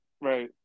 right